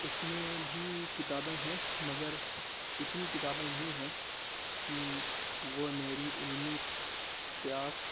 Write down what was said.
اس میں بھی کتابیں ہیں مگر اتنی کتابیں نہیں ہیں کہ وہ میری علمی پیاس